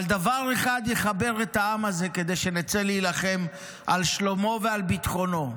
אבל דבר אחד יחבר את העם הזה כדי שנצא להילחם על שלומו ועל ביטחונו,